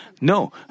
no